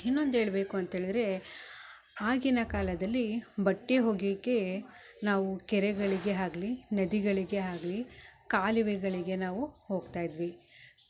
ಇನ್ನೊಂದು ಹೇಳ್ಬೇಕು ಅಂತ ಹೇಳಿದ್ರೆ ಆಗಿನ ಕಾಲದಲ್ಲಿ ಬಟ್ಟೆ ಒಗಿಯಕೆ ನಾವು ಕೆರೆಗಳಿಗೆ ಆಗ್ಲಿ ನದಿಗಳಿಗೆ ಆಗ್ಲಿ ಕಾಲುವೆಗಳಿಗೆ ನಾವು ಹೋಗ್ತಾ ಇದ್ವಿ